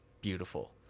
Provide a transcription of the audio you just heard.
beautiful